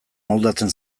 moldatzen